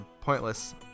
pointless